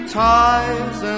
ties